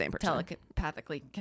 telepathically